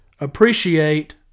appreciate